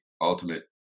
ultimate